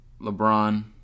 LeBron